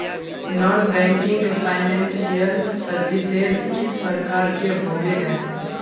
Non banking financial services किस प्रकार के होबे है?